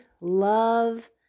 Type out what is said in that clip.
love